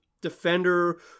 defender